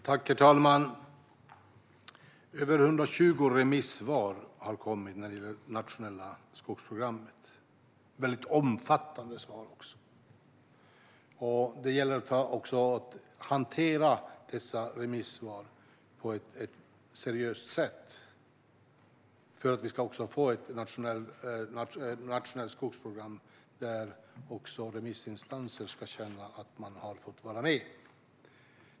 Herr talman! Över 120 remissvar har kommit när det gäller nationella skogsprogrammet. Det är också väldigt omfattande svar. Det gäller att hantera dessa remissvar på ett seriöst sätt för att vi ska få ett nationellt skogsprogram där också remissinstanser ska känna att de har fått vara med.